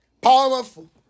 Powerful